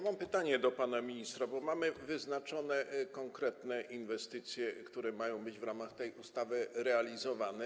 Mam pytanie skierowane do pana ministra, bo są wyznaczone konkretne inwestycje, które mają być w ramach tej ustawy realizowane.